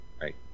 Right